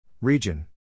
Region